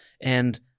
And-